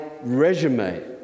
resume